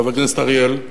חבר הכנסת אריאל,